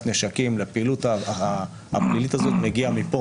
נשקים לפעילות הפלילית הזאת מגיע מכאן.